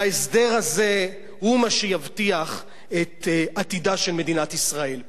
וההסדר הזה הוא מה שיבטיח את עתידה של מדינת ישראל.